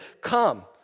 come